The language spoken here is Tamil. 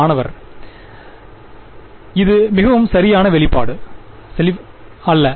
மாணவர் இது மிகவும் சரியான வெளிப்பாடு அல்ல